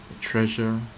treasure